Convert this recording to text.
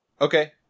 Okay